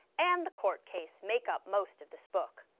and the court case make up most of this book.